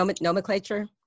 Nomenclature